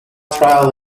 trial